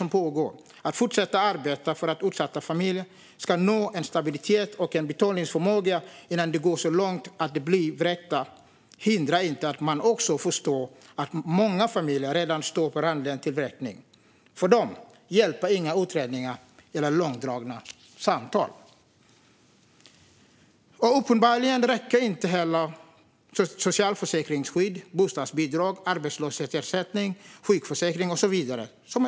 Man måste fortsätta att arbeta för att utsatta familjer ska nå en stabilitet och en betalningsförmåga innan det går så långt som att de blir vräkta. Man måste också förstå att många familjer redan står på randen till vräkning. För dem hjälper inga utredningar eller långdragna samtal. Uppenbarligen räcker inte heller socialförsäkringsskydd, bostadsbidrag, arbetslöshetsersättning, sjukförsäkring och så vidare.